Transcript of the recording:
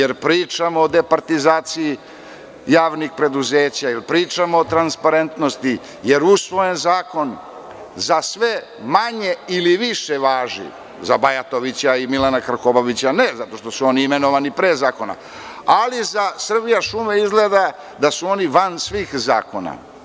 Zar ne pričamo o departizaciji javnih preduzeća, da li pričamo o transparentnosti, da li je usvojen zakon za sve manje ili više važi, za Bajatovića i Milana Krkobabića ne zato što su oni imenovani pre zakona, ali „Srbijašume“ izgleda da su van svih zakona.